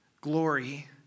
Glory